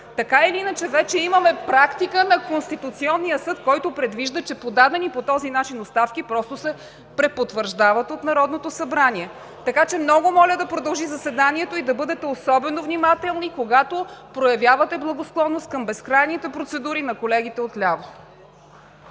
Така или иначе вече имаме практика на Конституционния съд, който предвижда, че подадени по този начин оставки просто се препотвърждават от Народното събрание. Много моля да продължи заседанието и да бъдете особено внимателни, когато проявявате благосклонност към безкрайните процедури на колегите отляво.